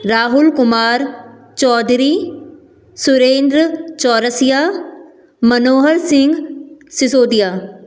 Rahul Kumar Chaudhary Surendra Chaurasia Manohar Singh Sisodia